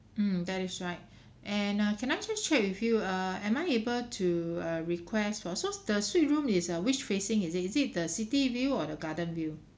mm that is right and uh can I just check with you err am I able to uh request for so the suite room is uh which facing is it is it the the city view or the garden view